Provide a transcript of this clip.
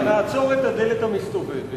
שנעצור את הדלת המסתובבת,